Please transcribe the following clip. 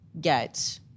get